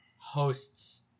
hosts